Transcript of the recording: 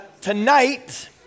tonight